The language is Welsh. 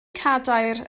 cadair